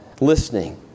listening